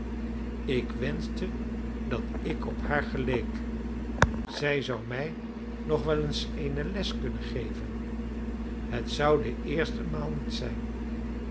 ik wenschte dat ik op haar geleek zij zou mij nog wel eene les kunnen geven het zou de eerste maal niet zijn